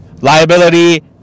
liability